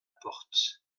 porte